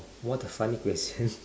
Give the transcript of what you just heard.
what a funny question